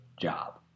job